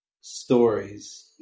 stories